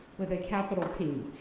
with a capital p.